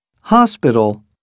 Hospital